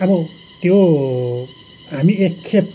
अब त्यो हामी एक खेप